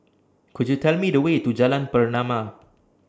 Could YOU Tell Me The Way to Jalan Pernama